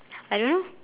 I don't